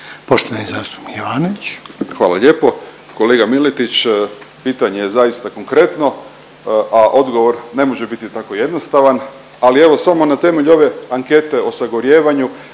Željko (SDP)** Hvala lijepo. Kolega Miletić pitanje je zaista konkretno, a odgovor ne može biti tako jednostavan. Ali evo samo na temelju ove ankete o sagorijevanju